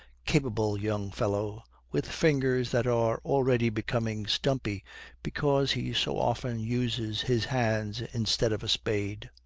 capable young fellow with fingers that are already becoming stumpy because he so often uses his hands instead of a spade.